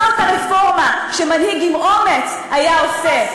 זאת הרפורמה שמנהיג עם אומץ היה עושה.